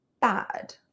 bad